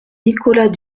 nicolas